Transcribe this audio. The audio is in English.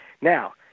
Now